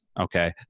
Okay